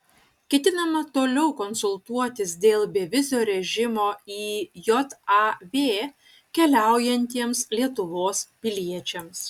ketinama toliau konsultuotis dėl bevizio režimo į jav keliaujantiems lietuvos piliečiams